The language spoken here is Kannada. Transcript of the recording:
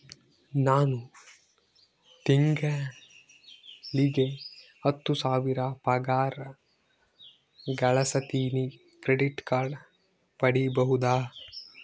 ನಾನು ತಿಂಗಳಿಗೆ ಹತ್ತು ಸಾವಿರ ಪಗಾರ ಗಳಸತಿನಿ ಕ್ರೆಡಿಟ್ ಕಾರ್ಡ್ ಪಡಿಬಹುದಾ?